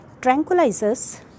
Tranquilizers